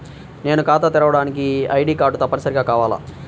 నేను ఖాతా తెరవడానికి ఐ.డీ కార్డు తప్పనిసారిగా కావాలా?